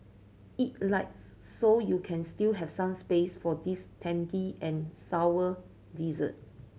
eat light so you can still have some space for this tangy and sour dessert